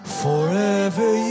forever